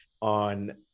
on